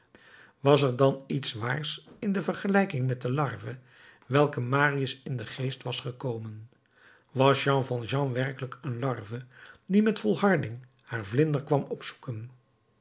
was er dan iets waars in de vergelijking met de larve welke marius in den geest was gekomen was jean valjean werkelijk een larve die met volharding haar vlinder kwam opzoeken